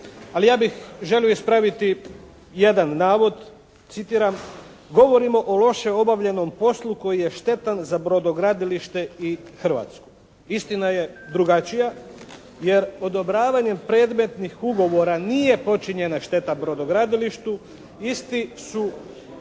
ali ja bih želio ispraviti jedan navod. Citiram: "Govorimo o loše obavljenom poslu koji je štetan za brodogradilište i Hrvatsku." Istina je drugačija, jer odobravanjem predmetnih ugovora nije počinjena šteta brodogradilištu, isti su